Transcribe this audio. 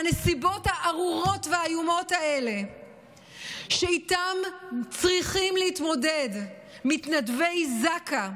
והנסיבות הארורות והאיומות האלה שאיתן צריכים להתמודד מתנדבי זק"א,